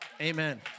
amen